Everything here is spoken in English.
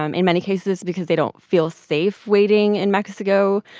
um in many cases because they don't feel safe waiting in mexico,